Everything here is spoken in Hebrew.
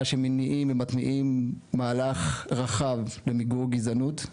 שמניעים ומתניעים מהלך רחב למיגור גזענות.